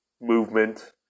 movement